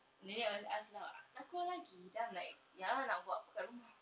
nenek just lah nak keluar lagi then I'm like ya lah nak buat apa kat rumah